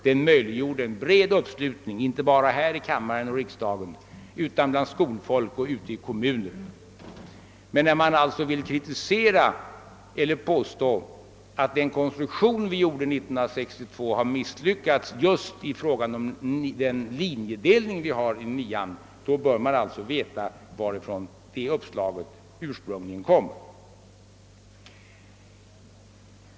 Den möjliggjorde en bred uppslutning inte bara här i riksdagen utan också bland skolfolk och ute i kommunerna. Men när man vill påstå att den konstruktion vi gjorde 1962 har misslyckats när det gäller just linjedelningen i årskurs 9 bör man veta varifrån det uppslaget ursprungligen kom.